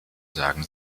sagen